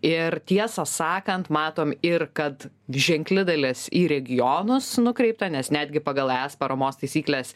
ir tiesą sakant matom ir kad ženkli dalis į regionus nukreipta nes netgi pagal es paramos taisykles